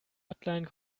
hotline